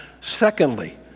Secondly